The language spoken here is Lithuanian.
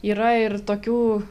yra ir tokių